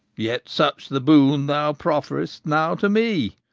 yet such the boon thou profferest now to me,